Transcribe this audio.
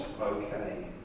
okay